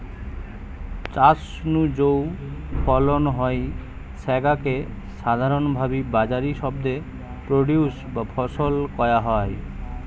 চাষ নু যৌ ফলন হয় স্যাগা কে সাধারণভাবি বাজারি শব্দে প্রোডিউস বা ফসল কয়া হয়